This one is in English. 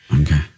Okay